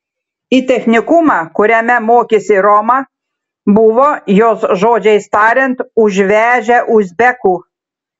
į technikumą kuriame mokėsi roma buvo jos žodžiais tariant užvežę uzbekų